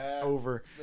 over